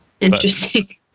Interesting